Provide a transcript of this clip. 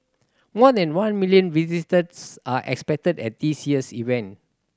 more than one million visitors are expected at this year's event